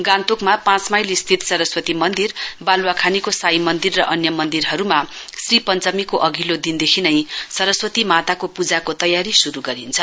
गान्तोकमा पाँच माईल स्थित सरस्वती मन्दिर बालुवाखानीको साई मन्दिर र अन्य मन्दिरहरूमा श्री पञ्चमीको अधिल्लो दिनदेखि सरस्वती माताको पूजाको तयारी शुरू गरिन्छ